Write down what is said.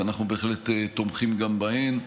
ואנחנו בהחלט תומכים גם בהן,